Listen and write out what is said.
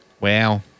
Wow